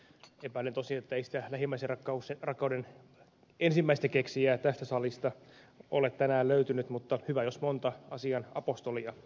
epäilen tosin että ei sitä lähimmäisenrakkauden ensimmäistä keksijää tästä salista ole tänään löytynyt mutta hyvä jos monta asian apostolia kuitenkin